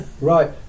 Right